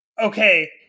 okay